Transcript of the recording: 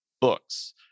books